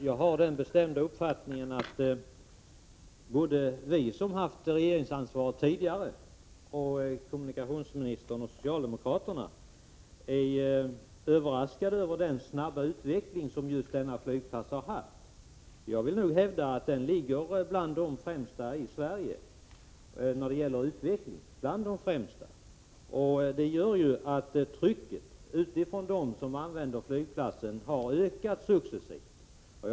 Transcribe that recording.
Jag har den bestämda uppfattningen att såväl vi som hade regeringsansvaret tidigare som kommunikationsministern och den nuvarande socialdemokratiska regeringen är överraskade över den snabba utveckling som denna flygplats har haft. Jag vill hävda att flygplatsen ligger bland de främsta i Sverige när det gäller utveckling. Det gör naturligtvis att trycket från dem som använder flygplatsen har ökat successivt.